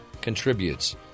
contributes